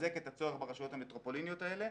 מחזק את צורך ברשויות המטרופוליניות האלה.